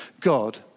God